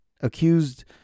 accused